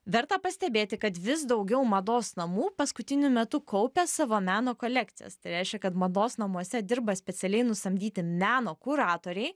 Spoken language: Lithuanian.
verta pastebėti kad vis daugiau mados namų paskutiniu metu kaupia savo meno kolekcijas tai reiškia kad mados namuose dirba specialiai nusamdyti meno kuratoriai